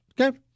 okay